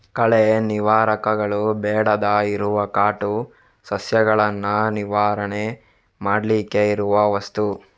ಕಳೆ ನಿವಾರಕಗಳು ಬೇಡದೇ ಇರುವ ಕಾಟು ಸಸ್ಯಗಳನ್ನ ನಿವಾರಣೆ ಮಾಡ್ಲಿಕ್ಕೆ ಇರುವ ವಸ್ತು